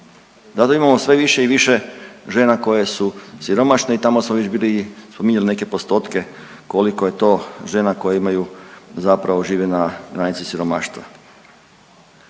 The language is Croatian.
Zato imamo sve više i više žena koje su siromašne i tamo smo već bili i spominjali neke postotke koliko je to žena koje imaju zapravo žive na granici siromaštva.